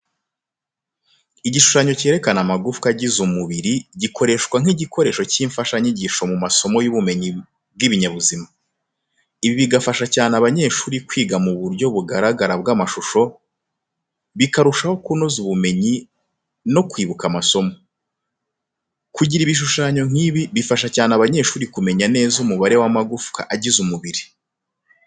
Igishushanyo cyerekana amagufwa agize umubiri gikoreshwa nk’igikoresho cy’imfashanyigisho mu masomo y’ubumenyi bw’ibinyabuzima. Ibi bigafasha cyane abanyeshuri kwiga mu buryo bugaragara bw'amashusho, bikarushaho kunoza ubumenyi no kwibuka amasomo. Kugira ibishushanyo nk’ibi bifasha cyane abanyeshuri kumenya neza umubare w'amagufwa agize umubiri.